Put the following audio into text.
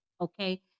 Okay